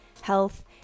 health